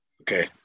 Okay